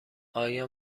آیا